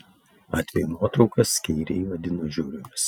atvejų nuotraukas skeiriai vadino žiauriomis